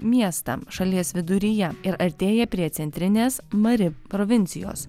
miestą šalies viduryje ir artėja prie centrinės mari provincijos